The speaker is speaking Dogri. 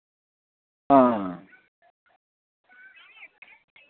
हां